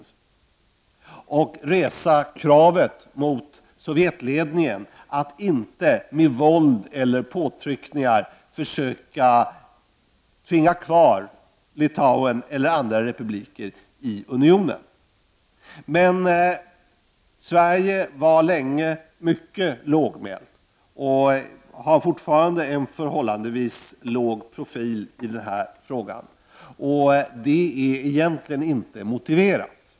Vi borde resa kravet mot Sovjetledningen att inte med våld eller påtryckningar försöka tvinga kvar Litauen eller andra republiker i unionen. Men Sverige var länge mycket lågmält och har fortfarande en förhållandevis låg profil i den här frågan. Det är egentligen inte motiverat.